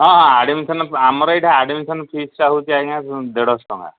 ହଁ ହଁ ଆଡ଼ମିସନ୍ ଆମର ଏଠି ଆଡ଼ମିସନ୍ ଫିସ୍ଟା ହେଉଛି ଆଜ୍ଞା ଦେଢ଼ଶହ ଟଙ୍କା